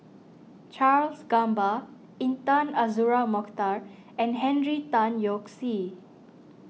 Charles Gamba Intan Azura Mokhtar and Henry Tan Yoke See